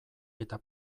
eta